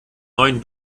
neuen